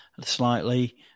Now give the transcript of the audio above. slightly